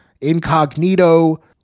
incognito